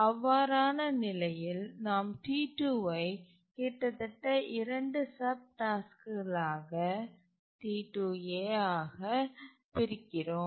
அவ்வாறான நிலையில் நாம் T2 ஐ கிட்டத்தட்ட 2 சப் டாஸ்க்குகளாக T2a ஆகப் பிரிக்கிறோம்